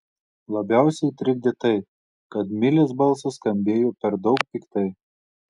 labiausiai trikdė tai kad milės balsas skambėjo per daug piktai